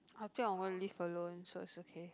I think I'm gonna live alone so it's okay